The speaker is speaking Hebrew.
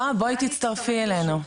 נעה, בואי תצטרפי אלינו.